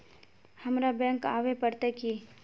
हमरा बैंक आवे पड़ते की?